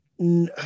no